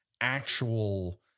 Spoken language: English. actual